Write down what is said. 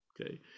Okay